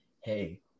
hey